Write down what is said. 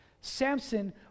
Samson